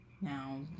Now